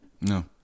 No